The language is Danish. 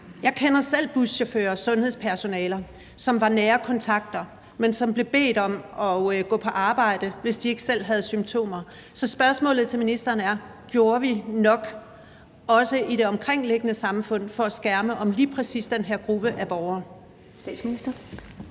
Jeg kender selv buschauffører og sundhedspersonale, som var nære kontakter, men som blev bedt om at gå på arbejde, hvis de ikke selv havde symptomer. Så spørgsmålet til ministeren er: Gjorde vi nok, også i det omkringliggende samfund, for at skærme lige præcis den her gruppe af borgere?